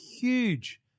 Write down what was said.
huge